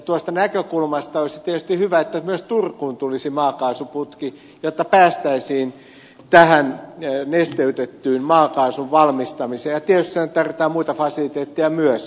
tuosta näkökulmasta olisi tietysti hyvä että myös turkuun tulisi maakaasuputki jotta päästäisiin tähän nesteytetyn maakaasun valmistamiseen ja tietysti aina tarvitaan muita fasiliteetteja myös